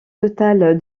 total